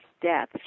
death